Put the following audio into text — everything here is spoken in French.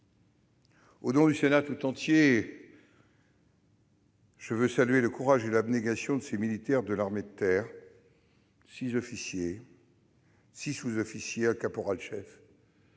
Au nom du Sénat tout entier, je veux saluer le courage et l'abnégation de ces militaires de l'armée de terre- six officiers, six sous-officiers et un caporal-chef